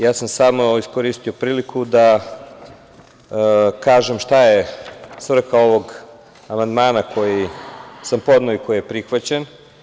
Ja sam samo iskoristio priliku da kažem šta je svrha ovog amandmana koji sam podneo i koji je prihvaćen.